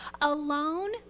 Alone